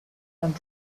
and